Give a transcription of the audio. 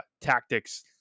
tactics